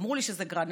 אמרו לי שזה גראד,